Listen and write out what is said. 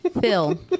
Phil